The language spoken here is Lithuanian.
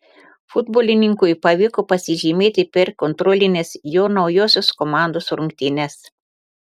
futbolininkui pavyko pasižymėti per kontrolines jo naujosios komandos rungtynes